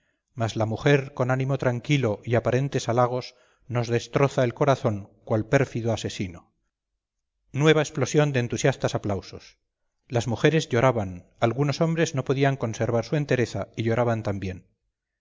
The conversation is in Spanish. oprimiose el pecho con ambas manos y su voz trocando el áspero tono en otro desgarrador y patético dijo nueva explosión de entusiastas aplausos las mujeres lloraban algunos hombres no podían conservar su entereza y lloraban también